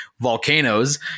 volcanoes